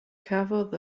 cafodd